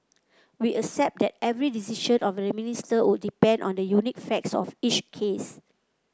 we accept that every decision of the Minister would depend on the unique facts of each case